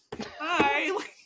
hi